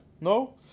No